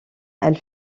elle